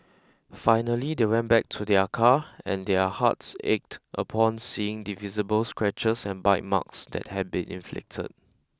finally they went back to their car and their hearts ached upon seeing the visible scratches and bite marks that had been inflicted